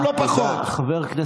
לא היית מפרק את כל צה"ל?